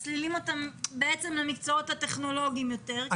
מסלילים אותם בעצם למקצועות הטכנולוגיים יותר,